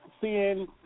seeing